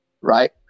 right